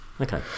okay